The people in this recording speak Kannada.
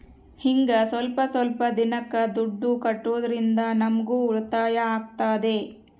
ಹಿಂಗ ಸ್ವಲ್ಪ ಸ್ವಲ್ಪ ದಿನಕ್ಕ ದುಡ್ಡು ಕಟ್ಟೋದ್ರಿಂದ ನಮ್ಗೂ ಉಳಿತಾಯ ಆಗ್ತದೆ